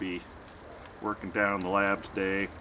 be working down the lab's day